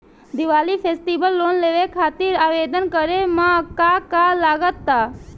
Diwali festival loan लेवे खातिर आवेदन करे म का का लगा तऽ?